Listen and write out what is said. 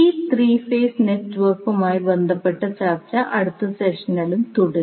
ഈ 3 ഫേസ് നെറ്റ്വർക്കുമായി ബന്ധപ്പെട്ട ചർച്ച അടുത്ത സെഷനിലും തുടരും